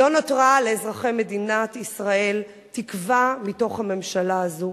לא נותרה לאזרחי מדינת ישראל תקווה מתוך הממשלה הזו,